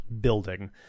building